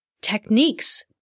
techniques